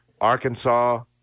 Arkansas